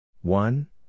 One